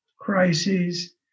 crises